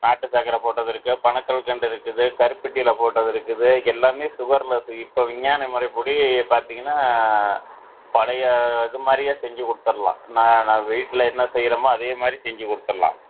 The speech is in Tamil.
நாட்டுச் சக்கரை போட்டது இருக்குது பனங்கல்கண்டு இருக்குது கருப்பட்டியில் போட்டது இருக்குது எல்லாமே சுகர்லெஸ்ஸு இப்போ விஞ்ஞான முறைப்படி பார்த்தீங்கன்னா பழைய இது மாதிரியே செஞ்சு குடுத்தடுலாம் நான் நம்ம வீட்டில் என்ன செய்கிறமோ அதே மாதிரி செஞ்சு குடுத்தடுலாம்